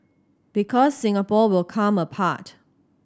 because Singapore will come apart